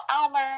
Almer